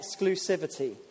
exclusivity